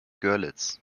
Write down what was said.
görlitz